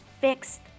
fixed